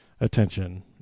attention